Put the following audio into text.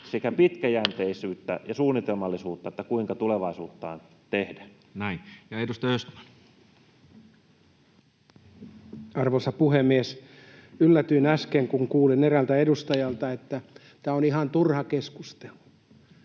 sekä pitkäjänteisyyttä ja suunnitelmallisuutta, kuinka tulevaisuuttaan tehdä. Näin. — Ja edustaja Östman. Arvoisa puhemies! Yllätyin äsken, kun kuulin eräältä edustajalta, että tämä on ihan turha keskustelu.